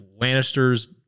Lannisters